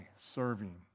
serving